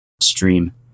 stream